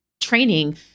training